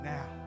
Now